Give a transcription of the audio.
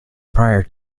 prior